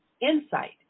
insight